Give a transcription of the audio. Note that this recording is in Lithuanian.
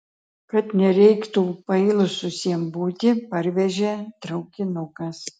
kad nereiktų pailsusiem būti parvežė traukinukas